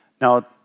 Now